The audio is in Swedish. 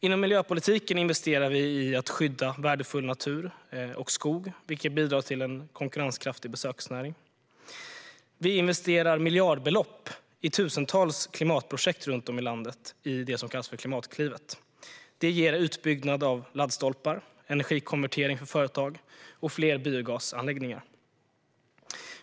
Inom miljöpolitiken investerar vi i att skydda värdefull natur och skog, vilket bidrar till en konkurrenskraftig besöksnäring. Vi investerar miljardbelopp i tusentals klimatprojekt runt om i landet inom det som kallas Klimatklivet. Detta ger utbyggnad av laddstolpar, energikonvertering för företag och fler biogasanläggningar.